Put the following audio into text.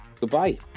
goodbye